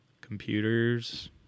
Computers